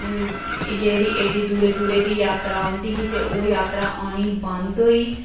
ते एह् जेह्ड़ी एड्डे दूरा दूरा दी जात्तरा औंदी ही ते ओह् जात्तरा औनी बंद होई